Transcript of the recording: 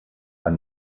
und